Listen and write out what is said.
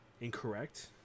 incorrect